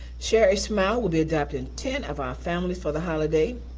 share a smile will be adopting ten of our families for the holiday.